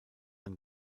ein